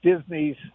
disney's